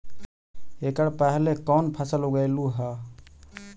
एकड़ पहले कौन फसल उगएलू हा?